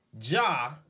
Ja